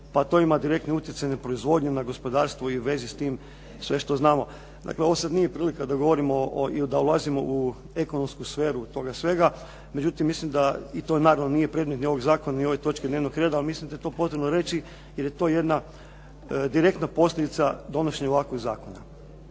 pa to ima direktni utjecaj na proizvodnju, na gospodarstvo i u vezi s tim sve što znamo. Dakle, ovo sad nije prilika da govorimo ili da ulazimo u ekonomsku sferu toga svega. Međutim, mislim da i to naravno nije predmet ni ovog zakona, ni ove točke dnevnog reda. Ali mislim da je to potrebno reći jer je to jedna direktna posljedica donošenja ovakvog zakona.